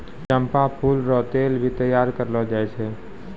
चंपा फूल रो तेल भी तैयार करलो जाय छै